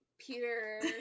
peter